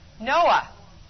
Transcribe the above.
Noah